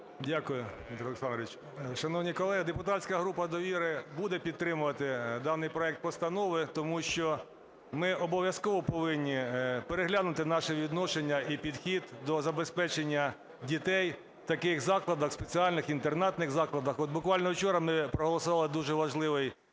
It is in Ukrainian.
Дякую, Дмитро Олександрович. Шановні колеги, депутатська група "Довіра" буде підтримувати даний проект постанови, тому що ми обов'язково повинні переглянути наше відношення і підхід до забезпечення дітей в таких закладах, спеціальних інтернатних закладах. От буквально вчора ми проголосували дуже важливий